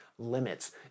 limits